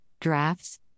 drafts